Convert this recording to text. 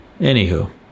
Anywho